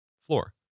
floor